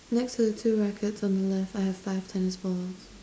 next to the two rackets on the left I have five tennis balls